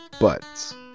buts